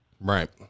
Right